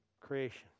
creation